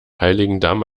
heiligendamm